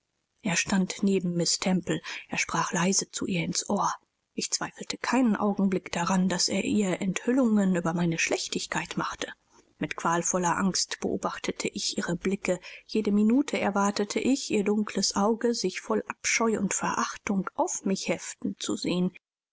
er stand neben miß temple er sprach leise zu ihr ins ohr ich zweifelte keinen augenblick daran daß er ihr enthüllungen über meine schlechtigkeit machte mit qualvoller angst beobachtete ich ihre blicke jede minute erwartete ich ihr dunkles auge sich voll abscheu und verachtung auf mich heften zu sehen